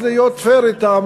אז יש להיות פייר אתם